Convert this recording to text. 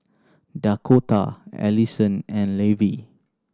Dakotah Alyson and Levie